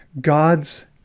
God's